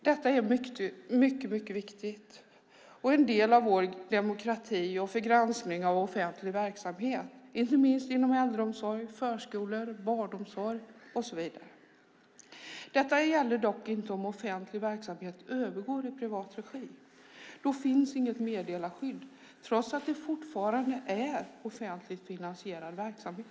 Detta är en del av vår demokrati och mycket viktigt för granskning av offentlig verksamhet, inte minst inom äldreomsorg, förskolor, barnomsorg och så vidare. Det gäller dock inte om offentlig verksamhet övergår i privat regi. Då finns inget meddelarskydd, trots att det fortfarande är offentligt finansierad verksamhet.